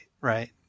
right